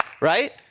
right